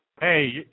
Hey